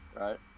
Right